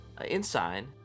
inside